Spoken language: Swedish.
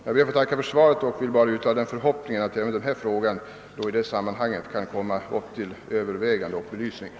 Jag ber endast att än en gång få tacka för svaret och uttalar förhoppningen att även den fråga jag aktualiserat kan komma upp till översyn i samband med pensionsutredningen.